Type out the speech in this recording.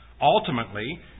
Ultimately